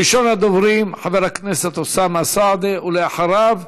ראשון הדוברים, אוסאמה סעדי, ואחריו,